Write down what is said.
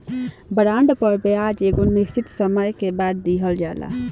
bond पर ब्याज एगो निश्चित समय के बाद दीहल जाला